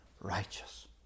righteous